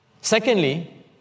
Secondly